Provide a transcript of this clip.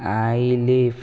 eyelift